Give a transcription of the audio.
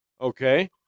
Okay